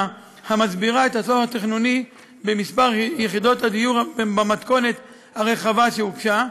המסבירה את הצורך התכנוני במספר יחידות הדיור במתכונת הרחבה שהוגשה,